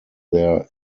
their